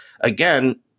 again